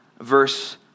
verse